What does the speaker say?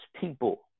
people